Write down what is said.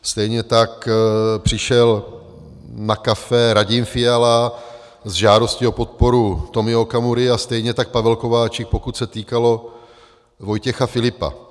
Stejně tak přišel na kafe Radim Fiala s žádostí o podporu Tomia Okamury a stejně tak Pavel Kováčik, pokud se týkalo Vojtěcha Filipa.